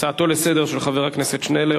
הצעתו לסדר-היום של חבר הכנסת שנלר,